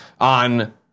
On